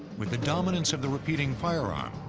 with the dominance of the repeating firearm,